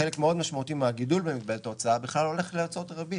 חלק מאוד משמעותי מהגידול במגבלת ההוצאה בכלל הולך להוצאות הריבית,